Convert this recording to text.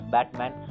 Batman